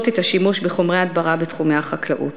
את השימוש בחומרי הדברה בתחומי החקלאות.